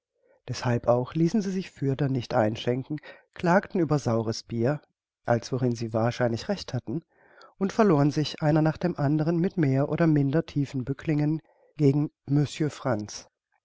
deßhalb auch ließen sie sich fürder nicht einschenken klagten über saueres bier als worin sie wahrscheinlich recht hatten und verloren sich einer nach dem andern mit mehr oder minder tiefen bücklingen gegen musje franz